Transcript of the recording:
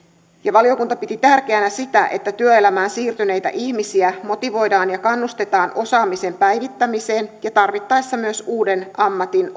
valiokunta piti tärkeänä sitä että työelämään siirtyneitä ihmisiä motivoidaan ja kannustetaan osaamisen päivittämiseen ja tarvittaessa myös uuden ammatin